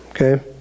okay